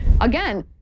Again